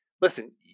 listen